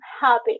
happy